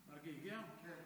אפשר שהוא, ידבר?